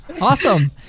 awesome